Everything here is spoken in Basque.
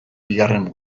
bigarren